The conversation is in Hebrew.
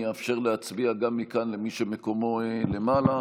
אני אאפשר להצביע גם מכאן, למי שמקומו למעלה.